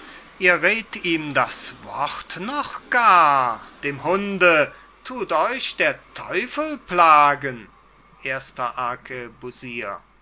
ihr redt ihm das wort noch gar dem hunde tut euch der teufel plagen erster